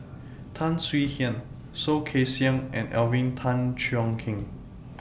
Tan Swie Hian Soh Kay Siang and Alvin Tan Cheong Kheng